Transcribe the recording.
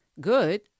good